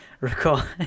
Record